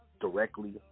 directly